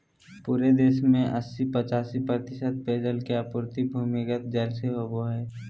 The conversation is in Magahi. पूरे देश में अस्सी पचासी प्रतिशत पेयजल के आपूर्ति भूमिगत जल से होबय हइ